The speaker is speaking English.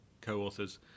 co-authors